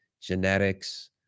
genetics